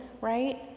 right